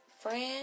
friend